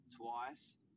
twice